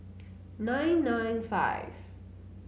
nine nine five